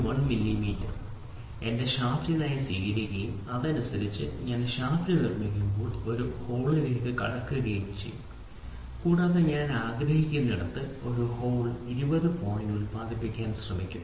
1 millimetre എന്റെ ഷാഫ്റ്റിനായി സ്വീകരിക്കുകയും അതിനനുസരിച്ച് ഞാൻ ഈ ഷാഫ്റ്റ് നിർമ്മിക്കുമ്പോൾ ഒരു ഹോളിലേക്ക് കടക്കുകയും ചെയ്യും കൂടാതെ ഞാൻ ആഗ്രഹിക്കുന്നിടത്ത് ഒരു ഹോൾ 20 പോയിന്റ് ഉത്പാദിപ്പിക്കാൻ ശ്രമിക്കും